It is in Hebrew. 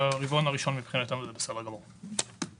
ברבעון הראשון מבחינתנו זה בסדר גמור.